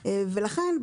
לכן,